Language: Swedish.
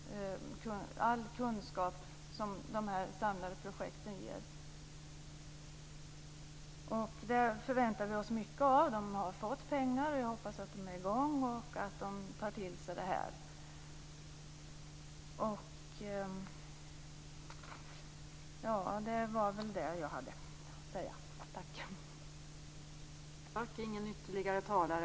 Jag hoppas att de är i gång och att de tar till sig detta.